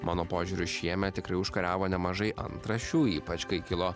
mano požiūriu šiemet tikrai užkariavo nemažai antraščių ypač kai kilo